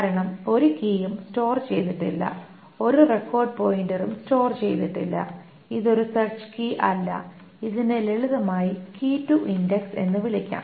കാരണം ഒരു കീയും സ്റ്റോർ ചെയ്തിട്ടില്ല ഒരു റെക്കോർഡ് പോയിന്ററും സ്റ്റോർ ചെയ്തിട്ടില്ല ഇത് ഒരു സെർച്ച് കീ അല്ല ഇതിനെ ലളിതമായി കീ റ്റു ഇൻഡക്സ് എന്ന് വിളിക്കാം